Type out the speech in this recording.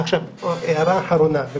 הערה אחרונה: